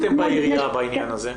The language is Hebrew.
מה העיריה עשתה בעניין הזה?